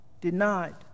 denied